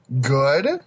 Good